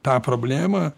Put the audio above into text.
tą problemą